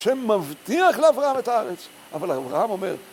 השם מבטיח לאברהם את הארץ, אבל אברהם אומר...